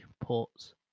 ports